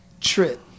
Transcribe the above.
Trip